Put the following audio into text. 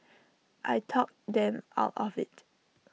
I talked them out of IT